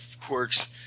quirks